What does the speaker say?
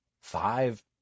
Five